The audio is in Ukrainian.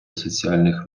соціальних